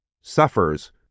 suffers